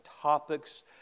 topics